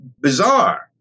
bizarre